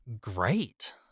great